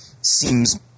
seems